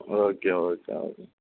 okay okay okay